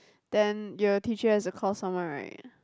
then your teacher has to call someone right